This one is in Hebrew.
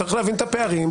צריך להבין את הפערים,